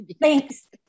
thanks